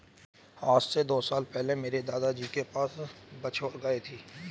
आज से दो साल पहले मेरे दादाजी के पास बछौर गाय थी